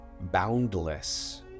boundless